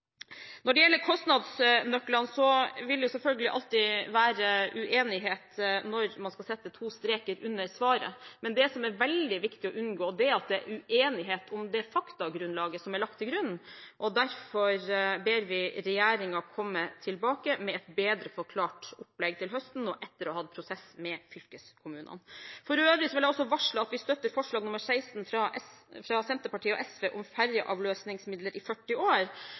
Når det gjelder kostnadsnøklene, vil det selvfølgelig alltid være uenighet om når man skal sette to streker under svaret. Men det som er veldig viktig å unngå, er at det er uenighet om det faktagrunnlaget som er lagt til grunn. Derfor ber vi regjeringen komme tilbake med et bedre forklart opplegg til høsten etter å ha hatt prosess med fylkeskommunene. For øvrig vil jeg også varsle at vi støtter forslag nr. 16, fra Senterpartiet og Sosialistisk Venstreparti, om ferjeavløsningsmidler i 40 år.